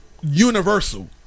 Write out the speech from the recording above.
Universal